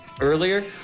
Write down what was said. earlier